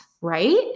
right